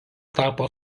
tapo